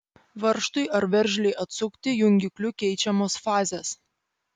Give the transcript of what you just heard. varžtui ar veržlei atsukti jungikliu keičiamos fazės